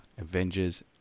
Avengers